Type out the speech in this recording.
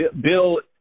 Bill